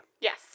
Yes